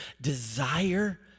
desire